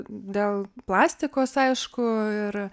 dėl plastikos aišku ir